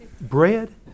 Bread